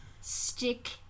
stick